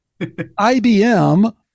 ibm